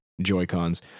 Joy-Cons